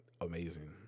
amazing